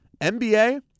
NBA